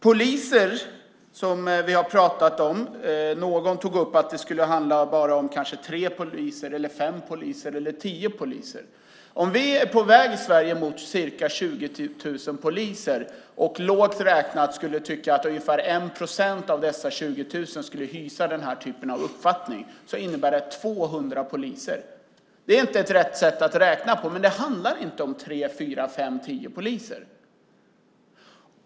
Poliser har vi pratat om. Någon sade att det i sammanhanget handlar om kanske bara tre, fem eller tio poliser. Om vi i Sverige är på väg mot ca 20 000 poliser och, lågt räknat, tycker att ungefär 1 procent av dessa 20 000 hyser nämnda typ av uppfattning innebär det att det handlar om 200 poliser. Det är inte rätta sättet att räkna, men det handlar inte om tre, fyra, fem eller tio poliser.